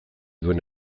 duen